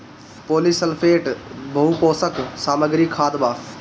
polysulphate बहुपोषक सामग्री खाद बा